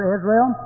Israel